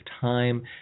time